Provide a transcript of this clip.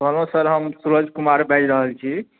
कहलहुॅं सर हम सूरज कुमार बाजि रहल छी